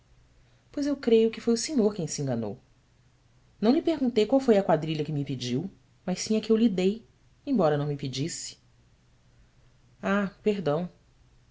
pois eu creio que foi o senhor quem se enganou não lhe perguntei qual foi a quadrilha que me pediu mas sim a que eu lhe dei embora não me pedisse h erdão